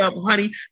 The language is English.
honey